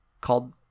called